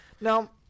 now